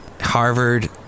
Harvard